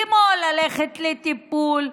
כמו ללכת לטיפול,